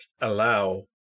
allow